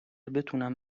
بتونم